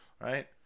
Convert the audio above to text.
right